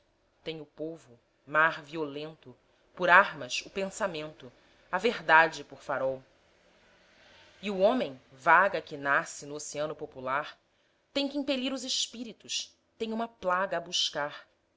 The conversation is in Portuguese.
tem o povo mar violento por armas o pensamento a verdade por farol e o homem vaga que nasce no oceano popular tem que impelir os espíritos tem uma plaga a buscar